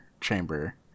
chamber